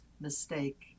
mistake